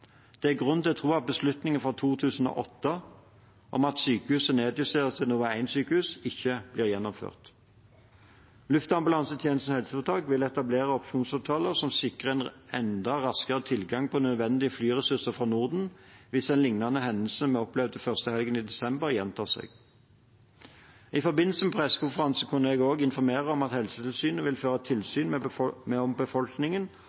Det er grunn til å tro at beslutningen fra 2008 om at sykehuset nedjusteres til nivå 1-sykehus, ikke blir gjennomført. Luftambulansetjenesten HF vil etablere opsjonsavtaler som sikrer enda raskere tilgang på nødvendige flyressurser fra Norden hvis en lignende hendelse som den vi opplevde første helgen i desember, gjentar seg. I forbindelse med pressekonferansen kunne jeg også informere om at Helsetilsynet vil føre tilsyn med om befolkningen